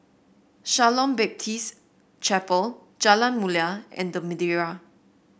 Shalom Baptist Chapel Jalan Mulia and The Madeira